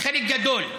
חלק גדול,